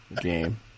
game